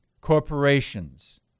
corporations